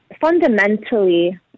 Fundamentally